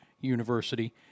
university